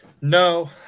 No